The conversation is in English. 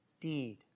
deed